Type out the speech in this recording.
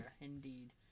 Indeed